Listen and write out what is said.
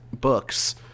Books